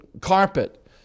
carpet